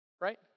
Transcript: Right